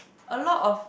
a lot of